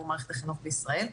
עבור מערכת החינוך בישראל.